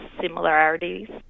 similarities